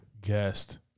guest